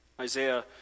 Isaiah